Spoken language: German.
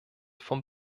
vom